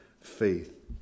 faith